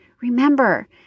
Remember